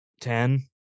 ten